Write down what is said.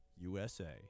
USA